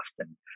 Austin